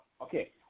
Okay